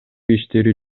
иштери